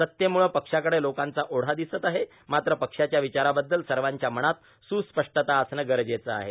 सत्तेमुळे पक्षाकडे लोकांचा ओढा र्दिसत आहे मात्र पक्षाच्या र्यावचारांबद्दल सवाच्या मनात सुस्पष्टता असणे गरजेचे आहे